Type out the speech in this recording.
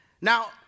Now